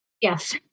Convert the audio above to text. Yes